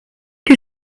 que